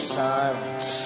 silence